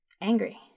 Angry